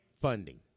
funding